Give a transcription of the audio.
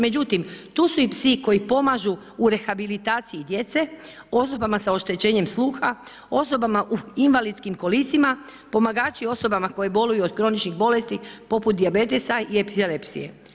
Međutim tu su i psi koji pomažu u rehabilitaciji djece, osobama sa oštećenjem sluha, osobama u invalidskim kolicima, pomagači osobama koje boluju od kroničnih bolesti poput dijabetesa i epilepsije.